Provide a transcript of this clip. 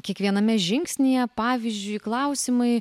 kiekviename žingsnyje pavyzdžiui klausimai